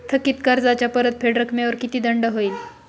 थकीत कर्जाच्या परतफेड रकमेवर किती दंड होईल?